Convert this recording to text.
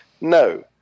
No